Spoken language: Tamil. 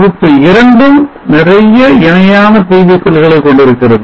தொகுப்பு 2 ம் நிறைய இணையான PV செல்களை கொண்டிருக்கிறது